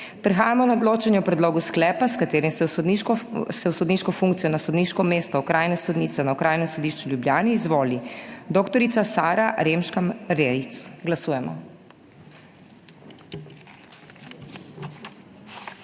Prehajamo na odločanje o predlogu sklepa, s katerim se v sodniško funkcijo na sodniško mesto okrajne sodnice na Okrajnem sodišču v Ljubljani izvoli dr. Sara Remškar Rejc. Glasujemo.